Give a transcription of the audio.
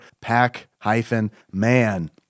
Pack-Man